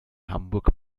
hamburg